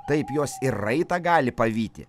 taip jos ir raitą gali pavyti